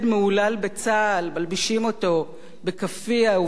מלבישים אותו בכאפיה ובמדי אס.אס,